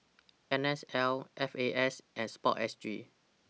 N S L F A S and Sportsg